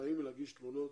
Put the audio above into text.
נרתעים מלהגיש תלונות